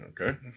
Okay